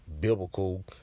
biblical